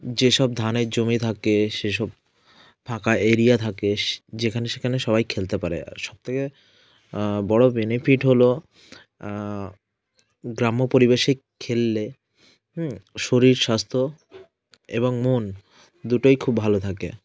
যে সব ধানের জমি থাকে সে সব ফাঁকা এরিয়া থাকে যেখানে সেখানে সবাই খেলতে পারে আর সব থেকে বড়ো বেনিফিট হলো গ্রাম্য পরিবেশে খেললে শরীর স্বাস্থ এবং মন দুটোই খুব ভালো থাকে